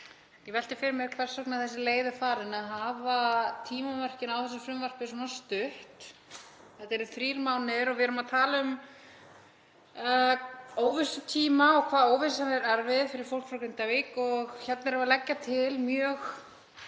Ég velti fyrir mér hvers vegna sú leið er farin að hafa tímamörkin á þessu frumvarpi svona stutt. Þetta eru þrír mánuðir og við erum að tala um óvissutíma og hversu erfið óvissan er fyrir fólk frá Grindavík og hérna erum við að leggja til mjög